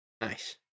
nice